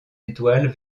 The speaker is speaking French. étoile